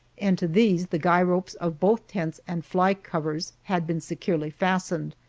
and to these the guy ropes of both tents and fly covers had been securely fastened,